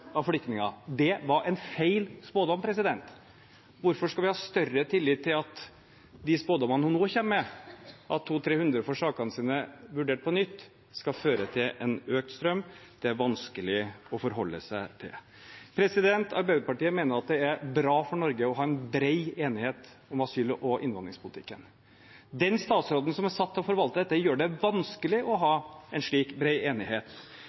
flyktninger. Det var en feil spådom. Hvorfor skal vi ha større tillit til at de spådommene hun nå kommer med, at 200–300 får sakene sine vurdert på nytt, skal føre til en økt strøm? Det er vanskelig å forholde seg til. Arbeiderpartiet mener det er bra for Norge å ha en bred enighet om asyl- og innvandringspolitikken. Den statsråden som er satt til å forvalte dette, gjør det vanskelig å ha en slik bred enighet.